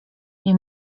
nie